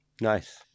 nice